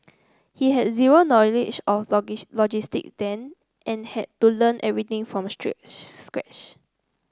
he had zero knowledge of logistics then and had to learn everything from stretch scratch